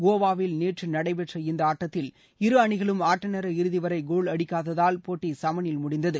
கோவாவில் நேற்று நடைபெற்ற இந்த ஆட்டத்தில் இரு அணிகளும் ஆட்ட நேர இறுதி வரை கோல் அடிக்காததால் போட்டி சமனில் முடிந்தது